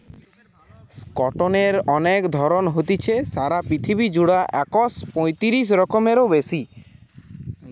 কটনের অনেক ধরণ হতিছে, সারা পৃথিবী জুড়া একশ পয়তিরিশ রকমেরও বেশি